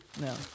No